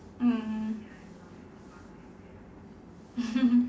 mm